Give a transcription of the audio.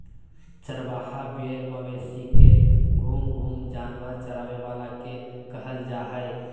चरवाहा भेड़ मवेशी के घूम घूम जानवर चराबे वाला के कहल जा हइ